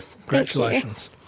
congratulations